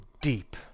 deep